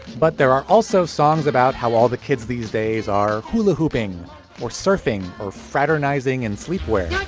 but there are also songs about how all the kids these days are hula hooping or surfing or fraternising and sleepwear